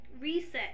reset